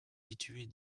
située